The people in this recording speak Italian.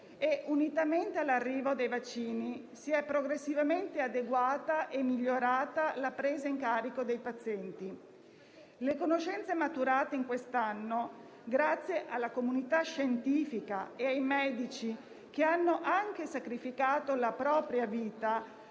e, unitamente all'arrivo dei vaccini, si è progressivamente adeguata e migliorata la presa in carico dei pazienti. Le conoscenze maturate in quest'anno, grazie alla comunità scientifica e ai medici che hanno anche sacrificato la propria vita,